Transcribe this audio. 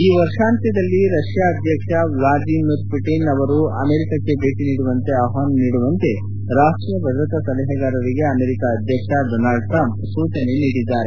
ಈ ವರ್ಷಾಂತ್ಯದಲ್ಲಿ ರಷ್ಯಾ ಅಧ್ಯಕ್ಷ ವ್ಲಾದಿಮಿರ್ ಪುಟಿನ್ ಅವರು ಅಮೆರಿಕಕ್ಕೆ ಭೇಟಿ ನೀಡುವಂತೆ ಆಹ್ವಾನ ನೀಡುವಂತೆ ರಾಷ್ಟ್ರೀಯ ಭದ್ರತಾ ಸಲಹೆಗಾರರಿಗೆ ಅಮೆರಿಕ ಅಧ್ಯಕ್ಷ ಅಧ್ಯಕ್ಷ ಡೊನಾಲ್ಡ್ ಟ್ರಂಪ್ ಸೂಚನೆ ನೀಡಿದ್ದಾರೆ